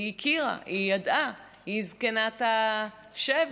היא הכירה, היא ידעה, היא זקנת השבט.